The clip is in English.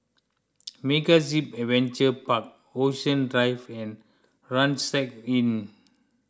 MegaZip Adventure Park Ocean Drive and Rucksack Inn